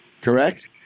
correct